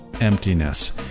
emptiness